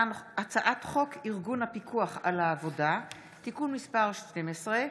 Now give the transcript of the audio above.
הצעת חוק ארגון הפיקוח על העבודה (תיקון מס' 12),